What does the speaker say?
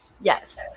Yes